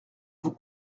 vous